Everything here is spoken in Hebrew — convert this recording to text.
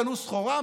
קנו סחורה,